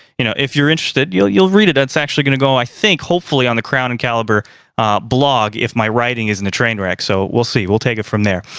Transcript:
you know, if you're interested, you'll you'll read it. that's actually gonna go, i think hopefully, on the crown and caliber blog if my writing isn't a trainwreck. so we'll see, we'll take it from there.